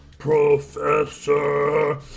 professor